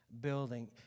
building